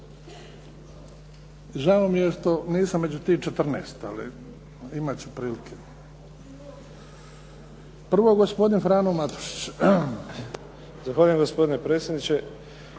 Žao mi je što nisam među tih 14 ali imat ću prilike. Prvo gospodin Frano Matušić. **Matušić, Frano (HDZ)** Zahvaljujem gospodine predsjedniče.